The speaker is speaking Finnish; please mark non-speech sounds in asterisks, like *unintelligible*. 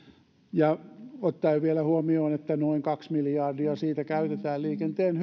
ja ottaen vielä huomioon että noin kaksi miljardia näistä rahoista käytetään liikenteen *unintelligible*